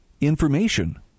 information